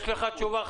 יש לך תשובה?